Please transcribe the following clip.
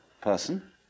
person